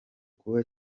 kuba